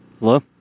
Hello